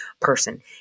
person